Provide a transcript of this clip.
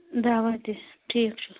درٛوا تہِ ٹھیٖک چھُ